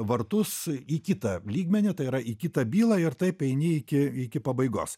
vartus į kitą lygmenį tai yra į kitą bylą ir taip eini iki iki pabaigos